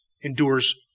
endures